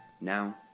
Now